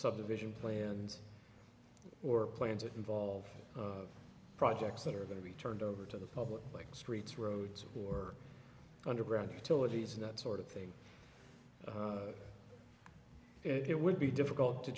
subdivision plans or plans that involve projects that are going to be turned over to the public like streets roads or underground utilities and that sort of thing and it would be difficult to